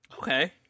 Okay